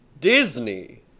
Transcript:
Disney